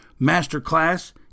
masterclass